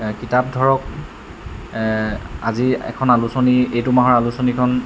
কিতাপ ধৰক আজি এখন আলোচনী এইটো মাহৰ আলোচনীখন